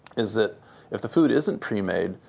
is that if the food isn't pre-made,